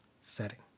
setting